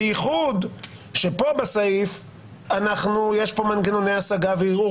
בייחוד שפה בסעיף יש מנגנוני השגה וערעור